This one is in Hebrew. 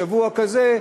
בשבוע כזה,